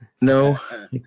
No